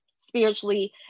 spiritually